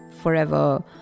forever